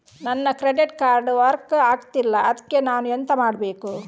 ನನ್ನ credit card work ಆಗ್ತಿಲ್ಲ ಅದ್ಕೆ ನಾನು ಎಂತ ಮಾಡಬೇಕು?